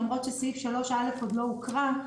למרות שסעיף 3(א) עוד לא הוקרא,